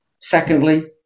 Secondly